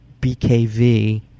BKV